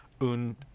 un